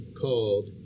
called